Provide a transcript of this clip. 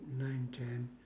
nine ten